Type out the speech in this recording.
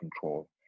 control